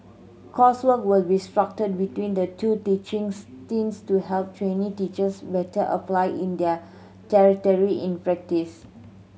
coursework will be structured between the two teaching stints to help trainee teachers better apply in their theory in practice